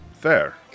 Fair